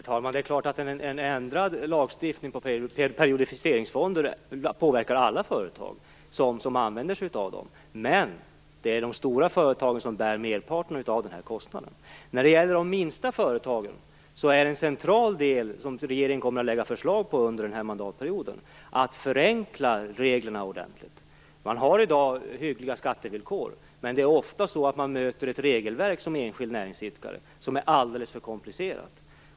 Fru talman! Det är klart att en ändrad lagstiftning för periodiseringsfonder påverkar alla företag som använder sig av dem, men det är de stora företagen som bär merparten av den här kostnaden. När det gäller de minsta företagen är en central del - och där kommer regeringen att lägga fram förslag under den här mandatperioden - att ordentligt förenkla reglerna. Man har i dag hyggliga skattevillkor, men ofta möter man som enskild näringsidkare ett regelverk som är alldeles för komplicerat.